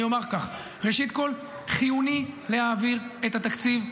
אני אומר כך: ראשית כול, חיוני להעביר את התקציב.